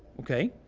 ok?